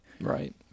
Right